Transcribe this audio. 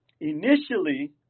initially